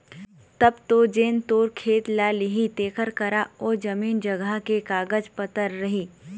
तब तो जेन तोर खेत ल लिही तेखर करा ओ जमीन जघा के कागज पतर रही